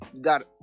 Got